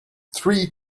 three